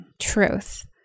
Truth